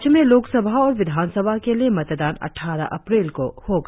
राज्य में लोकसभा और विधानसभा के लिए मतदान अट़ठारह अप्रैल को होगा